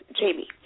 Jamie